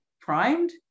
primed